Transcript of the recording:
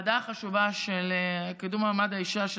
בוועדה החשובה לקידום מעמד האישה,